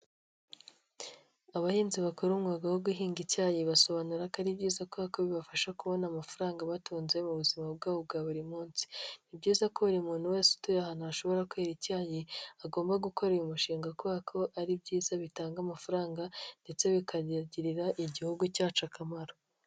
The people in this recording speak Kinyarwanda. Abahinzi bakora umwuga wo guhinga icyayi, basobanura ko ari byiza kuko bibafasha kubona amafaranga abatunze mu buzima bwabo bwa buri munsi. Ni byiza ko buri muntu wese utuye ahantu hashobora kwera icyayi, agomba gukora uyu mushinga kubera ko ari byiza bitanga amafaranga ndetse bikanagirira igihugu cyacu akamaro.